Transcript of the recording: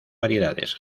variedades